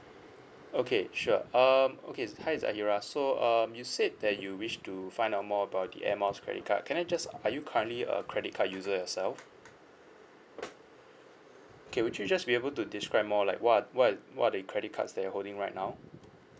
okay sure um okay hi zahira so um you said that you wish to find out more about the air miles credit card can I just are you currently a credit card user yourself okay would you just be able to describe more like what what what are the credit cards that you're holding right now